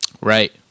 Right